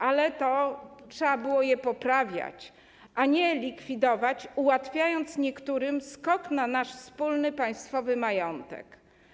ale trzeba było je poprawiać, a nie likwidować, ułatwiając niektórym skok na nasz wspólny, państwowy majątek.